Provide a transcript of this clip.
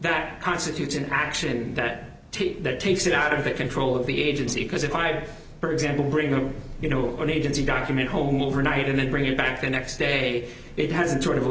that constitutes an action that take that takes it out of the control of the agency because if i go for example bring them you know an agency document home overnight and then bring it back the next day it hasn't